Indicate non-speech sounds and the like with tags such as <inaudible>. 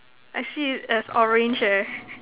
I see it as orange eh <breath>